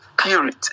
Spirit